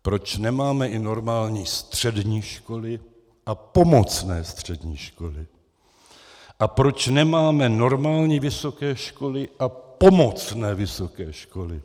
Proč nemáme i normální střední školy a pomocné střední školy a proč nemáme normální vysoké školy a pomocné vysoké školy?